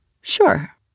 Sure